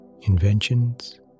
inventions